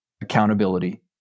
accountability